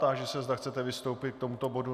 Táži se, zda chcete vystoupit k tomuto bodu.